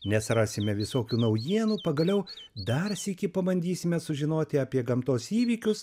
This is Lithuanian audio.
nes rasime visokių naujienų pagaliau dar sykį pabandysime sužinoti apie gamtos įvykius